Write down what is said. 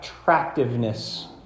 attractiveness